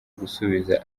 gusubiza